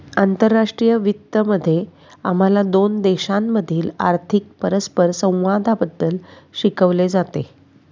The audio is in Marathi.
आंतरराष्ट्रीय वित्त मध्ये आम्हाला दोन देशांमधील आर्थिक परस्परसंवादाबद्दल शिकवले जाते